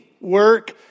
work